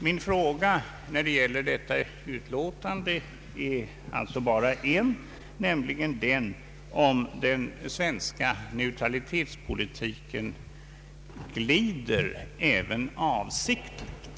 Min fråga när det gäller föreliggande utlåtande är alltså bara en, nämligen den om den svenska neutralitetspolitiken glider även avsiktligt.